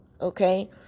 Okay